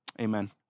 amen